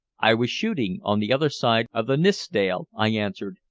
i was shooting on the other side of the nithsdale, i answered,